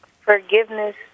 forgiveness